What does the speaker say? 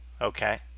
Okay